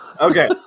Okay